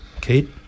Kate